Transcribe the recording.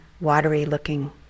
watery-looking